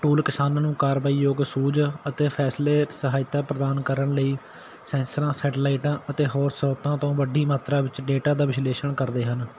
tool ਕਿਸਾਨਾਂ ਨੂੰ ਕਾਰਵਾਈ ਯੋਗ ਸੂਝ ਅਤੇ ਫੈਸਲੇ ਸਹਾਇਤਾ ਪ੍ਰਦਾਨ ਕਰਨ ਲਈ ਸੈਂਸਰਾਂ ਸੈਟੇਲਾਈਟਾਂ ਅਤੇ ਹੋਰ ਸਰੋਤਾਂ ਤੋਂ ਵੱਡੀ ਮਾਤਰਾ ਵਿੱਚ ਡੇਟਾ ਦਾ ਵਿਸ਼ਲੇਸ਼ਣ ਕਰਦੇ ਹਨ